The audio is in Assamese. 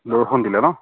দিলে ন